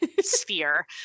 sphere